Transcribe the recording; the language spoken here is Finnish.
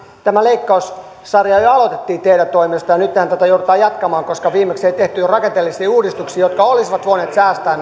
tämä leikkaussarja jo aloitettiin teidän toimestanne ja nythän tätä joudutaan jatkamaan koska viimeksi ei tehty rakenteellisia uudistuksia jotka olisivat voineet säästää